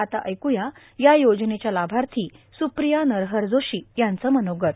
आता ऐकूया या योजनेच्या लाभार्थी स्रप्रिया नरहर जोशी यांचं मनोगत